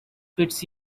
fits